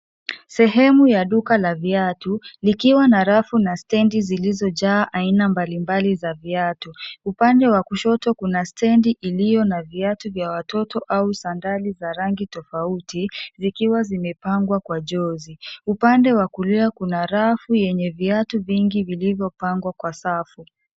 Sehemu ya duka la viatu, ikiwa na rafu na stendi zilizo jaa aina mbali mbali za viatu. Upande wa kushoto kuna stendi iliyo na viatu vya watoto au sandali za rangi tofauti zikiwa zimepangwa kwa jozi. Upande wa kulia kuna rafu yenye viatu vingi vilivyo pangwa kwa safu.